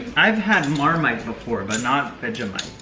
i've had marmite before but not vegemite.